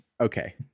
Okay